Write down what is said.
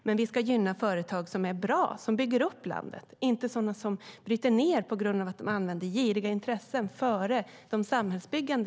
Men vi ska gynna företag som är bra och som bygger upp landet, inte företag som bryter ned för att de sätter girighet före samhällsbyggande.